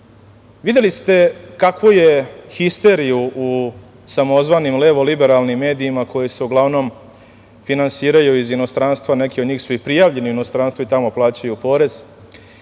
Videli ste kakvu je histeriju u samozvanim levoliberalnim medijima koji se uglavnom finansiraju iz inostranstva, neki od njih su i prijavljeni u inostranstvo i tamo plaćaju porez,